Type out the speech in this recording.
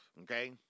Okay